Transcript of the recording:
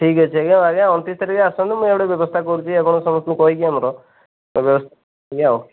ଠିକ୍ ଅଛି ଆଜ୍ଞା ଆଜ୍ଞା ଅଣତିରିଶ ତାରିଖରେ ଆସନ୍ତୁ ମୁଁ ଇଏ ଗୋଟେ ବ୍ୟବସ୍ଥା କରୁଛି ଆପଣ ସମସ୍ତଙ୍କୁ କହିକି ଆମର ବ୍ୟବସ୍ଥା କରିବା ଆଉ